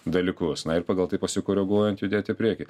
dalykus na ir pagal tai pasikoreguojant judėti į priekį